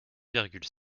virgule